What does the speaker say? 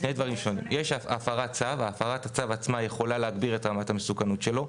זה שני דברים שונים: יש הפרת צו שיכולה להגביר את רמת המסוכנות שלו.